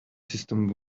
system